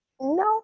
no